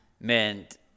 meant